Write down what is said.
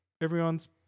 everyone's